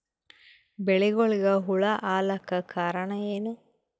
ಬೆಳಿಗೊಳಿಗ ಹುಳ ಆಲಕ್ಕ ಕಾರಣಯೇನು?